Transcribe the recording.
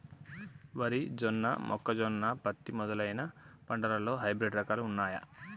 వరి జొన్న మొక్కజొన్న పత్తి మొదలైన పంటలలో హైబ్రిడ్ రకాలు ఉన్నయా?